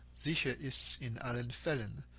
sicher ist's in allen fallen!